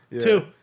Two